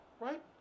right